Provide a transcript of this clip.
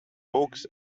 books